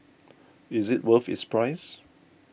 is it worth its price